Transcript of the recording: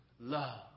love